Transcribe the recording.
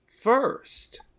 first